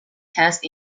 cast